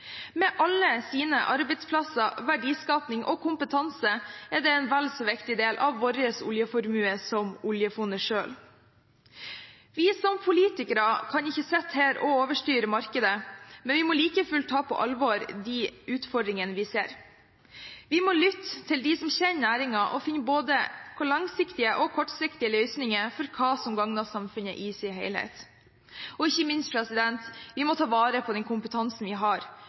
Med alle sine arbeidsplasser, sin verdiskapning og sin kompetanse er det en vel så viktig del av vår oljeformue som oljefondet selv. Vi som politikere kan ikke sitte her og overstyre markedet, men vi må like fullt ta på alvor de utfordringene vi ser. Vi må lytte til dem som kjenner næringen, og finne både langsiktige og kortsiktige løsninger for hva som gagner samfunnet i sin helhet – og ikke minst: Vi må ta vare på den kompetansen vi har,